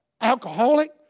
alcoholic